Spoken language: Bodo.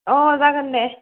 अ जागोन दे